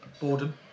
Boredom